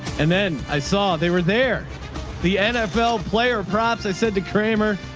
and then i saw they were they're the nfl player prompts. i said to kramer,